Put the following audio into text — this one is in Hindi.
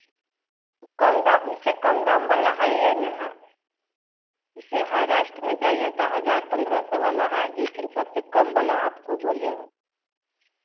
कम दाम इससे कम दाम वला हइए ने है इससे है रेस्ट में जाइए तो हज़ार पन्द्रह सौ वाला है लेकिन सबसे कम वाला आपको बोले हैं